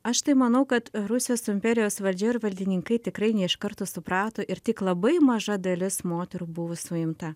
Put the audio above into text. aš tai manau kad rusijos imperijos valdžia ir valdininkai tikrai ne iš karto suprato ir tik labai maža dalis moterų buvo suimta